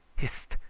hist!